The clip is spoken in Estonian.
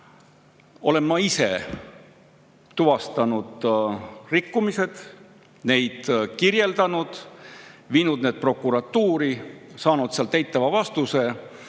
olen ma ise tuvastanud rikkumisi, neid kirjeldanud, viinud need prokuratuuri ja saanud sealt eitava vastuse.